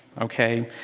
ok.